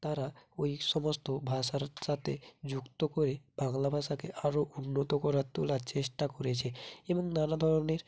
তারা ওই সমস্ত ভাষার সাথে যুক্ত করে বাংলা ভাষাকে আরও উন্নত করার তোলার চেষ্টা করেছে এবং নানা ধরনের